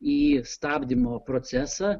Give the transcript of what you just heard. į stabdymo procesą